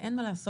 אין מה לעשות,